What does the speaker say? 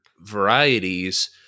varieties